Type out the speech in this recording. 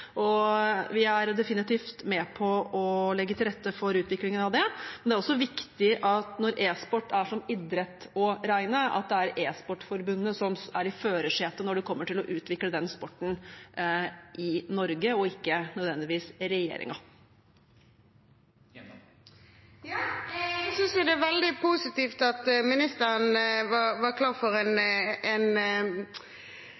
og vi er definitivt med på å legge til rette for utviklingen av det. Men det er også viktig, når e-sport er som idrett å regne, at det er E-sportforbundet som er i førersetet når det gjelder å utvikle den sporten i Norge, og ikke nødvendigvis regjeringen. Jeg synes det er veldig positivt at ministeren var klar for en